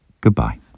Goodbye